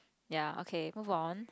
ya okay move on